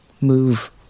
move